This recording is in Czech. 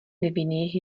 nevinných